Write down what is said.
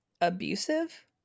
abusive